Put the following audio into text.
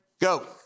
go